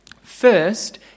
First